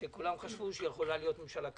כשכולם חשבו: יכולה להיות ממשלה זו,